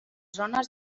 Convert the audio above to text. zones